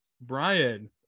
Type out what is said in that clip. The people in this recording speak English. Brian